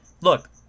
Look